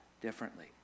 differently